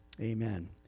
Amen